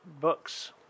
books